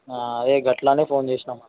అదే గట్లా అనే ఫోన్ చేసినాం